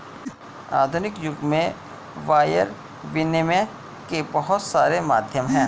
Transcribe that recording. आधुनिक युग में वायर विनियम के बहुत सारे माध्यम हैं